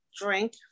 drink